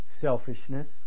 Selfishness